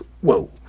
whoa